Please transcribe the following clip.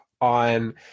on